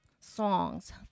songs